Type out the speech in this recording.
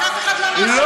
אף אחד לא מאשים בטרור.